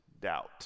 doubt